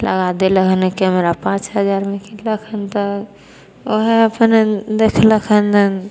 लगा देले हन केमरा पाँच हजारमे तऽ वएह अपन देखलक हन